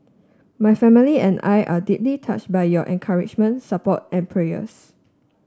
my family and I are deeply touch by your encouragement support and prayers